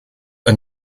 are